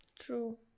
True